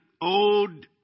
owed